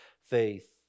faith